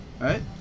Right